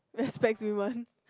wear specs woman